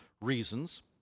reasons